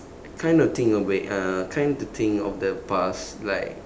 kind of think of it uh kind to think of the past like